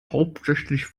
hauptsächlich